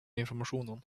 informationen